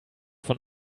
von